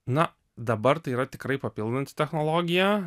na dabar tai yra tikrai papildanti technologija